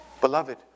Beloved